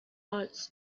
arts